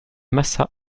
massat